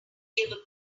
gave